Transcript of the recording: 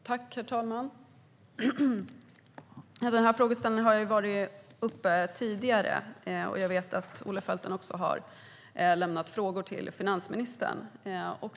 Herr talman! Den här frågeställningen har varit uppe tidigare, och jag vet att Olle Felten också har ställt frågor om detta till finansministern.